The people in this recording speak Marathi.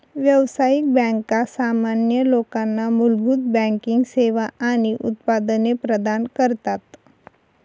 व्यावसायिक बँका सामान्य लोकांना मूलभूत बँकिंग सेवा आणि उत्पादने प्रदान करतात